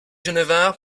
genevard